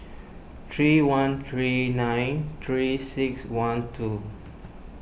three one three nine three six one two